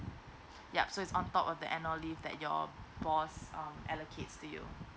yup so it's on top of the annual leave that your boss um allocates to you